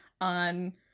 on